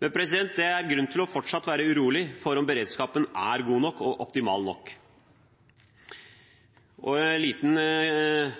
Men det er grunn til fortsatt å være urolig for om beredskapen er god nok og optimal nok. Det er en liten